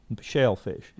shellfish